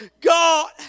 God